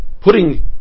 putting